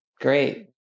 great